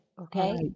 Okay